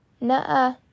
nah